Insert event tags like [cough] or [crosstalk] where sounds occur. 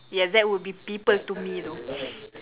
yes that would be people to me though [breath]